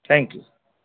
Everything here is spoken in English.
thank you